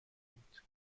بود